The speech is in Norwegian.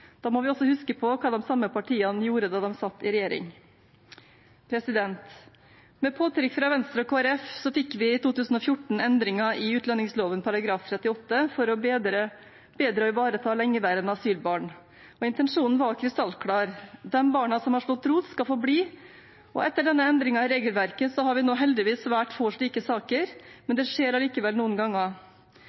Da må vi også huske på hva de samme partiene gjorde da de satt i regjering. Med påtrykk fra Venstre og Kristelig Folkeparti fikk vi i 2014 en endring i utlendingsloven § 38 for bedre å ivareta lengeværende asylbarn, og konklusjonen var krystallklar: De barna som har slått rot, skal få bli. Etter denne endringen i regelverket har vi nå heldigvis svært få slike saker, men det skjer allikevel noen ganger.